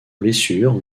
blessures